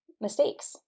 mistakes